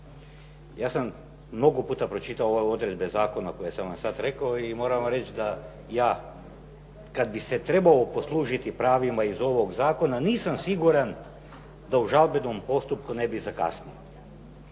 Ja sam mnogo puta pročitao ove odredbe zakona koje sam vam sada rekao i moram vam reći da ja kada bi se trebao poslužiti pravima iz ovog zakona, nisam siguran da u žalbenom postupku ne bi zakasnio.